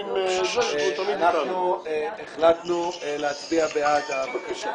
אנחנו החלטנו להצביע בעד הבקשה.